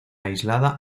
aislada